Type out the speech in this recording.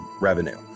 revenue